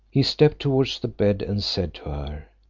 he stepped towards the bed, and said to her,